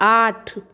आठ